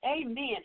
amen